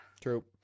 True